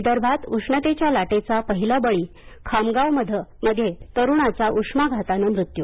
विदर्भात उष्णतेच्या लाटेचा पहिला बळी खामगावमध्ये तरुणाचा उष्माघातानं मृत्यू